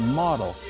model